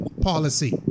policy